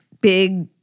big